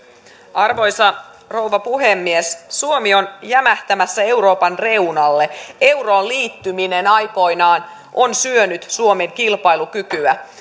arvoisa rouva puhemies suomi on jämähtämässä euroopan reunalle euroon liittyminen aikoinaan on syönyt suomen kilpailukykyä